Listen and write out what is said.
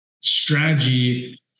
strategy